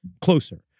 closer